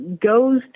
goes